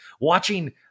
Watching